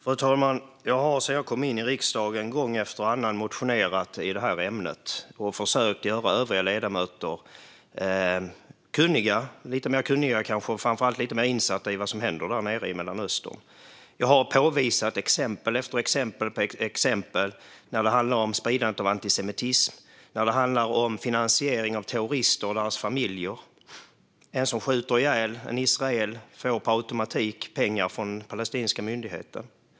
Fru talman! Sedan jag kom in i riksdagen har jag gång efter annan motionerat i det här ämnet. Jag har försökt att göra övriga ledamöter lite mer kunniga och framför allt lite mer insatta i vad som händer i Mellanöstern. Jag har visat på exempel efter exempel där det handlar om spridande av antisemitism och om finansiering av terrorister och deras familjer. En som skjuter ihjäl en israel får per automatik pengar från den palestinska myndigheten.